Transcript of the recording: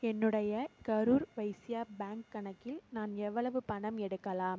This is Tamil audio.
என்னுடைய கரூர் வைஸ்யா பேங்க் கணக்கில் நான் எவ்வளவு பணம் எடுக்கலாம்